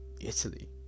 Italy